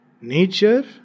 nature